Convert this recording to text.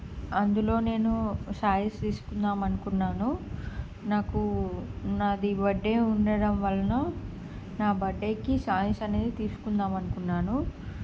అందులో నేను సారీస్ తీసుకుందాం అనుకున్నాను నాకు నాది బర్త్డే ఉండడం వలన నా బర్త్డేకి సారీస్ అనేది తీసుకుందాం అనుకున్నాను